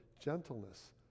gentleness